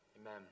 amen